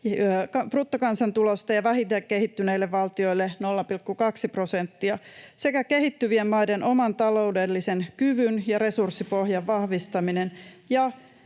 bruttokansantulosta ja vähiten kehittyneille valtioille 0,2 prosenttia — sekä kehittyvien maiden oman taloudellisen kyvyn ja resurssipohjan vahvistaminen